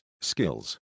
skills